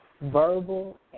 verbal